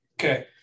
okay